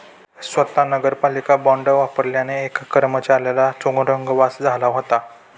स्वत नगरपालिका बॉंड वापरल्याने एका कर्मचाऱ्याला तुरुंगवास झाला होता